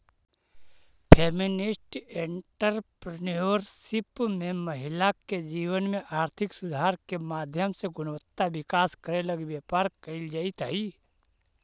feminist entrepreneurship में महिला के जीवन में आर्थिक सुधार के माध्यम से गुणात्मक विकास करे लगी व्यापार कईल जईत हई